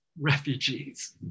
refugees